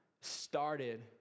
started